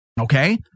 Okay